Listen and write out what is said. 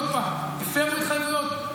עוד פעם, הפרו התחייבויות.